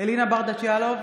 אלינה ברדץ' יאלוב,